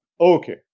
Okay